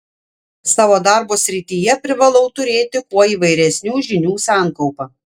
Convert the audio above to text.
savo darbo srityje privalau turėti kuo įvairesnių žinių sankaupą